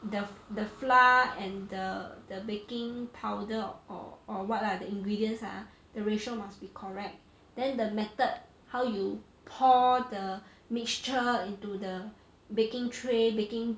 the the flour and the the baking powder or or what lah the ingredients ah the ratio must be correct then the method how you pour the mixture into the baking tray baking